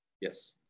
Yes